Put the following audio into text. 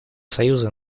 союза